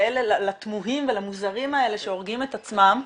לתמוהים ולמוזרים האלה שהורגים את עצמם.